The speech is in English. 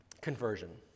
conversion